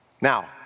Now